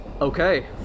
Okay